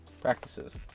practices